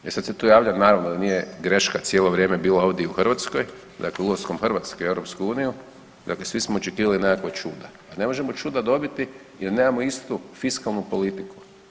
E sad se tu javlja naravno da nije greška cijelo vrijeme bila ovdje i u Hrvatskoj, dakle ulaskom Hrvatske u EU dakle svi smo očekivali nekakva čuda, a ne možemo čuda dobiti jer nemamo istu fiskalnu politiku.